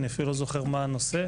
אני אפילו לא זוכר מה הנושא,